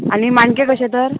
आनी माणके कशे तर